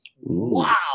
Wow